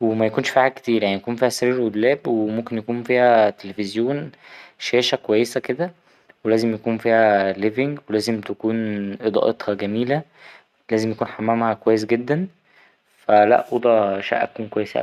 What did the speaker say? وميكنش فيها حاجات كتيرة يعني يكون فيها سرير ودولاب وممكن يكون فيها تليفزيون شاشة كويسة كده ولازم يكون فيها ليڤينج ولازم تكون إضاءتها جميلة ولازم يكون حمامها كويس جدا فا لا أوضةـ شقة تكون كويسة أوي.